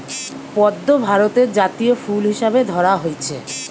পদ্ম ভারতের জাতীয় ফুল হিসাবে ধরা হইচে